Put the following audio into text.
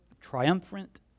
Triumphant